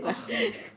oh